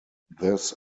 this